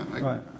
Right